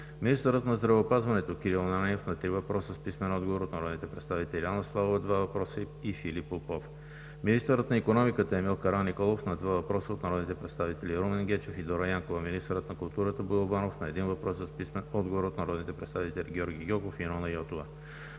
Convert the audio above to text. министърът на здравеопазването Кирил Ананиев – на три въпроса с писмен отговор от народните представители Анна Славова (два въпроса); и Филип Попов; - министърът на икономиката Емил Караниколов – на два въпроса от народните представители Румен Гечев; и Дора Янкова; - министърът на културата Боил Банов – на един въпрос с писмен отговор от народните представители Георги Гьоков и Нона Йотова.